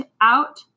out